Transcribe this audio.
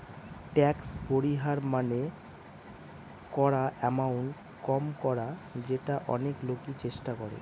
tax পরিহার মানে করা এমাউন্ট কম করা যেটা অনেক লোকই চেষ্টা করে